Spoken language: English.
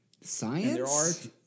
science